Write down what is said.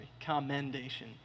commendation